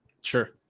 Sure